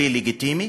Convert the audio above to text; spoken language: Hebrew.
כלי לגיטימי,